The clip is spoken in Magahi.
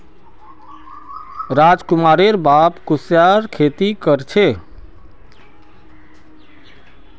राजकुमारेर बाप कुस्यारेर खेती कर छे